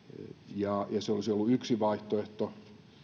ja se olisi ollut yksi vaihtoehto sitäkin